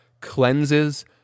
cleanses